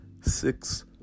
six